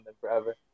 forever